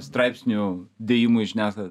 straipsnių dėjimui į žiniasklaidą